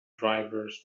drivers